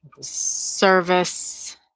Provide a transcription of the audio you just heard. service